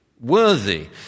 worthy